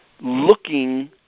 looking